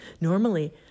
Normally